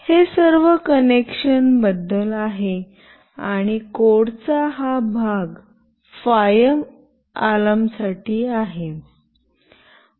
हे सर्व कनेक्शन बद्दल आहे आणि कोडचा हा भाग फायर अलार्म साठी आहे